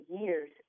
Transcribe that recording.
years